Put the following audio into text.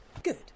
Good